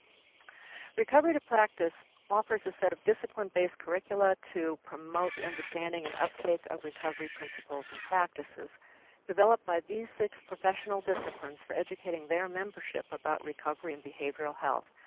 recovery to practice offers a set of discipline-based curricula to promote the understanding and uptake of recovery principles and practice developed by these six professional disciplines for educating their membership about recovery in behavioral health.